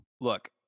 look